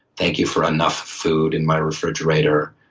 thank you for enough food in my refrigerator,